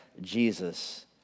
Jesus